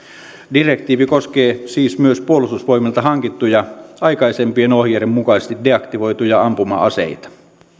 direktiivi koskee siis myös puolustusvoimilta hankittuja aikaisempien ohjeiden mukaisesti deaktivoituja ampuma aseita